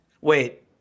Wait